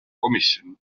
komisjon